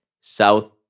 south